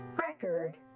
record